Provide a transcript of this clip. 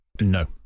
No